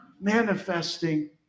manifesting